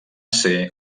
ser